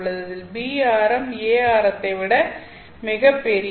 அதில் b ஆரம் a ஆரத்தை விட மிகப் பெரியது